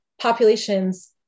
populations